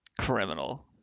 criminal